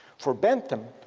for bentham,